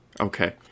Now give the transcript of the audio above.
Okay